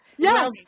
Yes